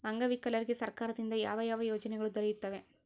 ಅಂಗವಿಕಲರಿಗೆ ಸರ್ಕಾರದಿಂದ ಯಾವ ಯಾವ ಯೋಜನೆಗಳು ದೊರೆಯುತ್ತವೆ?